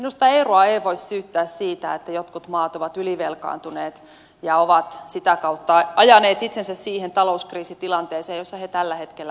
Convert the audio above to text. minusta euroa ei voi syyttää siitä että jotkut maat ovat ylivelkaantuneet ja sitä kautta ajaneet itsensä siihen talouskriisitilanteeseen jossa ne tällä hetkellä ovat